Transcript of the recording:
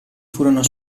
furono